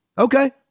Okay